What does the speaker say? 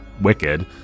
wicked